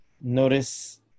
notice